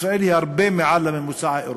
ישראל היא הרבה מעל הממוצע האירופי.